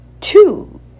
Two